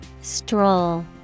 Stroll